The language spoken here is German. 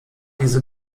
diese